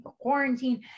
quarantine